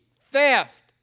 Theft